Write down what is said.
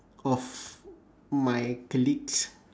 of my colleague's